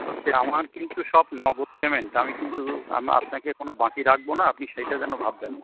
হচ্ছে আমার কিন্তু সব নগদ পেমেন্ট আমি কিন্তু আপনাকে কোনো বাকি রাখবো না আপনি সেইটা যেন ভাববেন না